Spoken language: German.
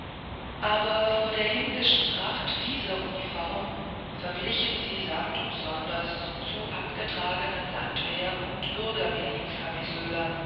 aber vor der himmlischen pracht dieser uniform verblichen sie samt und sonders zu abgetragenen landwehr und